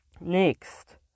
Next